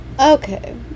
Okay